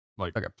Okay